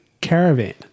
caravan